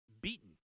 beaten